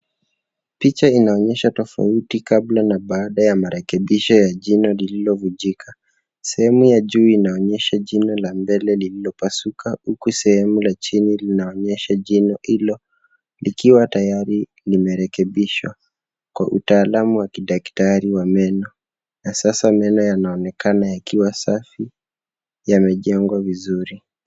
Picha inaonyesha tofauti kabla na baada ya marekebisho ya jino lililovujika. Sehemu ya juu inaonyesha jino la mbele lililopasuka huku sehemu ya chini linaonyesha jino hilo likiwa tayari nimerekebishwa kwa utaalamu wa kidaktari wa meno na sasa meno yanaonekana yakiwa safi yamejengwa vizuri.